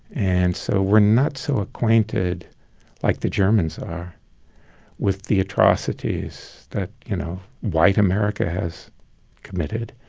and so we're not so acquainted like the germans are with the atrocities that, you know, white america has committed.